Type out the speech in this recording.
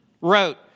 wrote